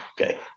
Okay